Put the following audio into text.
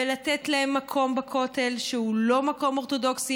ולתת להם מקום בכותל שהוא לא מקום אורתודוקסי